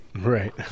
Right